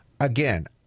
Again